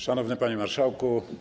Szanowny Panie Marszałku!